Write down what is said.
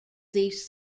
these